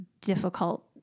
difficult